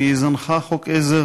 כי היא זנחה חוק-עזר